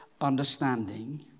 understanding